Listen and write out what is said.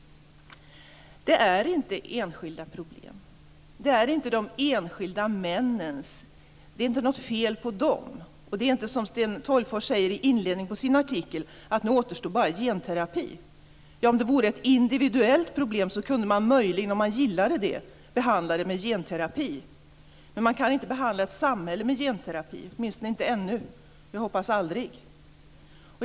Det är inte enskilda problem. Det är inte något fel på de enskilda männen. Det är inte som Sten Tolgfors säger i inledningen av sin artikel att det bara återstår genterapi. Om det vore ett individuellt problem kunde man möjligen, om man gillade det, behandla det med genterapi. Men man kan inte behandla ett samhälle med genterapi, åtminstone inte ännu. Jag hoppas att det aldrig blir så.